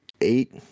Eight